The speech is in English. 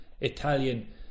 Italian